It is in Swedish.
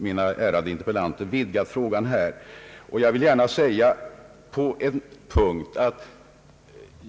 Mina ärade interpellanter har utvid gat frågan.